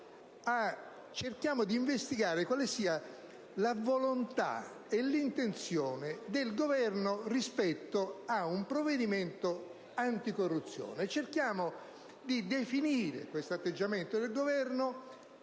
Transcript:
cerchiamo di investigare quale sia la volontà e l'intenzione del Governo rispetto ad un provvedimento anticorruzione; cerchiamo di definire questo atteggiamento del Governo